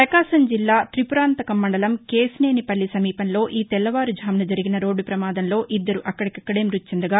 ప్రపకాశం జిల్లా తిపురాంతకం మండలం కేశినేనిపల్లి సమీపంలో ఈ తెల్లవారు ఝామున జరిగిన రోడ్లు పమాదంలో ఇద్దరు అక్కడికక్కడే మృతిచెందగా